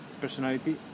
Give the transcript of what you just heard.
personality